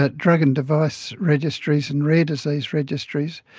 ah drug and device registries and rare disease registries.